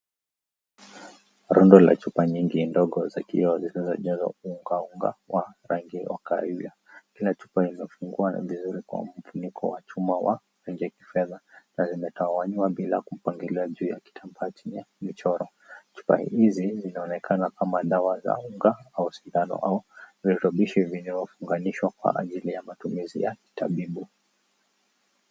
Rundo la chupa nyingi ndogo za kioo, zilizojazwa unga unga wa rangi ya kahawia. Chupa hizi zimefungwa kwa ufuniko wa chuma ya kifedha uliotawanyiwa bila kuekelewa juu ya kitambaa chenye michoro. Chupa hizi zinaonekana kama dawa za unga au sindano au virutubishi viliyofunganishwa kwa ajili ya matumizi ya tabibu.